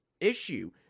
issue